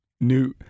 New